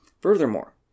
Furthermore